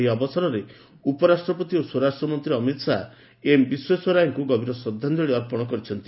ଏହି ଅବସରରେ ଉପରାଷ୍ଟ୍ରପତି ଓ ସ୍ୱରାଷ୍ଟ୍ରମନ୍ତ୍ରୀ ଅମିତ ଶାହ ଏମ୍ ବିଶ୍ୱେଶ୍ୱରେିୟାଙ୍କୁ ଗଭୀର ଶ୍ରଦ୍ଧାଞ୍ଚଳି ଅର୍ପଣ କରିଛନ୍ତି